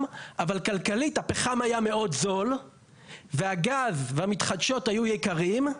אבל כלכלית הפחם היה מאוד זול והגז והמתחדשות היו יקרים.